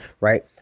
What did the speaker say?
right